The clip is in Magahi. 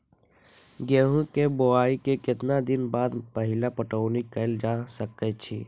गेंहू के बोआई के केतना दिन बाद पहिला पटौनी कैल जा सकैछि?